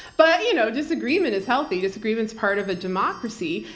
but you know disagreement is healthy. disagreement is part of a democracy.